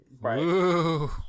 right